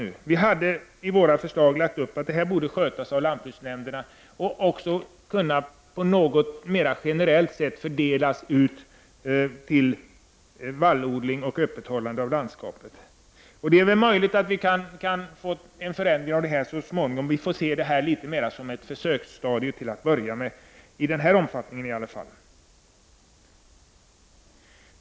Vi hade föreslagit att den borde skötas av lantbruksnämnderna och på ett mer generellt sätt fördelas på vallodling och öppethållande av landskapet. Det är möjligt att vi så småningom kan få till stånd en förändring av detta. Vi ser detta som ett försöksstadium.